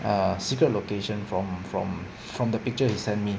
err secret location from from from the picture they send me